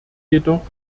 jedoch